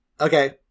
okay